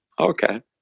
Okay